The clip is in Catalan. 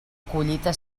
collita